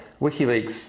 WikiLeaks